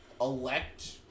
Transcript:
elect